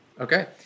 Okay